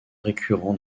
récurrent